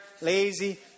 lazy